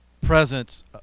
presence